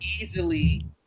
easily